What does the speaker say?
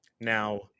Now